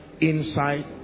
inside